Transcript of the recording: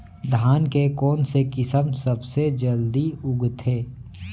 धान के कोन से किसम सबसे जलदी उगथे?